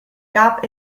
gab